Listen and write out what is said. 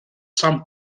some